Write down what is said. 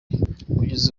kugeza